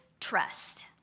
trust